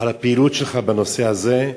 על הפעילות שלך בנושא הזה.